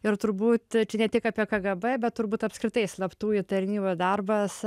ir turbūt ne tik apie kgb bet turbūt apskritai slaptųjų tarnybų darbas